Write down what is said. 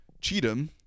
Cheatham